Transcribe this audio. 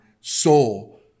soul